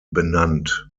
benannt